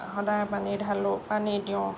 সদায় পানী ঢালোঁ পানী দিওঁ